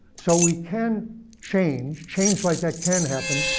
so we can change. change like that can happen.